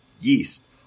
yeast